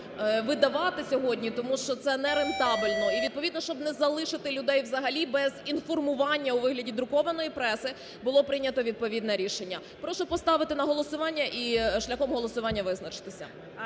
видавати сьогодні, тому що це не рентабельно. І, відповідно, щоб не залишити людей взагалі без інформування у вигляді друкованої преси, було прийнято відповідне рішення. Прошу поставити на голосування і шляхом голосування визначитися.